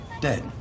Dead